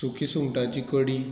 सुकी सुंगटाची कडी